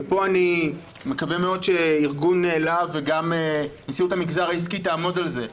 ופה אני מקווה מאוד שארגון להב וגם נשיאות המגזר העסקי יעמדו על זה,